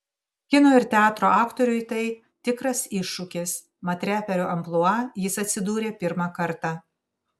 kino ir teatro aktoriui tai tikras iššūkis mat reperio amplua jis atsidūrė pirmą kartą